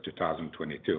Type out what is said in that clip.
2022